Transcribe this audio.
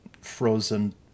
frozen